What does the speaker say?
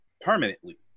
permanently